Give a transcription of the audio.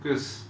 because